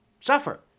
suffer